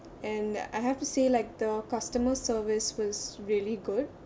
and I have to say like the customer service was really good